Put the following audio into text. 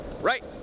right